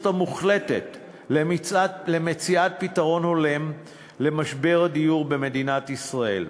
המוחלטת למציאת פתרון הולם למשבר הדיור במדינת ישראל,